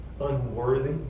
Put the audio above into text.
unworthy